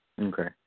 Okay